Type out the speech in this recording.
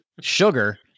sugar